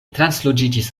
transloĝiĝis